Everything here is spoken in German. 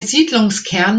siedlungskern